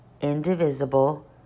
indivisible